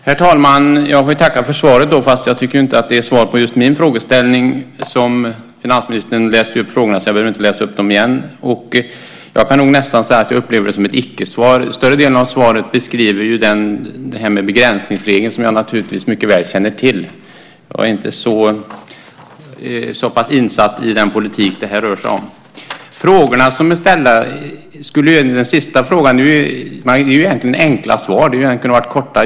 Herr talman! Jag får tacka för svaret, fast jag tycker inte att det är svar på just min frågeställning. Finansministern läste upp frågorna, så jag behöver inte göra det. Jag kan säga att jag nästan upplever det som ett icke-svar. I större delen av svaret beskrivs begränsningsregeln, som jag naturligtvis mycket väl känner till. Jag är så pass insatt i den politik det här rör sig om. De frågor som är ställda kan ges enkla svar.